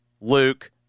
Luke